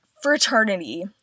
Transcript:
fraternity